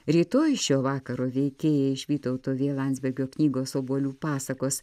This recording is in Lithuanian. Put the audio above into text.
rytoj šio vakaro veikėjai iš vytauto v landsbergio knygos obuolių pasakos